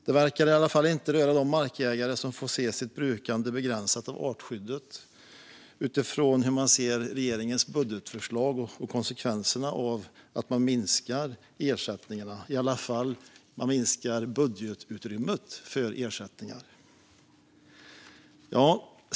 Det verkar i alla fall inte röra de markägare som får se sitt brukande begränsat av artskyddet utifrån regeringens budgetförslag och konsekvenserna av att man minskar ersättningarna, eller i alla fall budgetutrymmet för ersättningar.